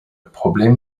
problème